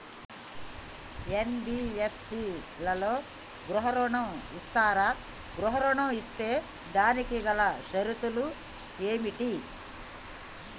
NBFC లలో గృహ ఋణం ఇస్తరా? గృహ ఋణం ఇస్తే దానికి గల షరతులు ఏమిటి?